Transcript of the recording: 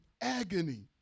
agony